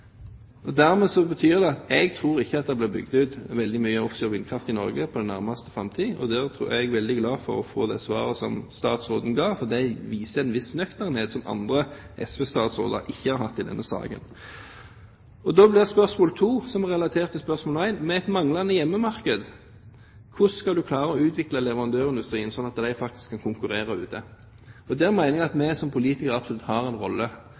den. Dermed betyr det at jeg tror ikke at det blir bygd ut veldig mye offshore vindkraft i Norge i den nærmeste framtid, og jeg er veldig glad for det svaret som statsråden ga, for det viser en viss nøkternhet som SV-statsråder ikke har hatt i denne saken. Spørsmål to, som er relatert til spørsmål én, blir da: Med et manglende hjemmemarked, hvordan skal man klare å utvikle leverandørindustrien, slik at de faktisk kan konkurrere ute? Der mener jeg at vi som politikere absolutt har en rolle